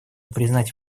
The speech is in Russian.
признать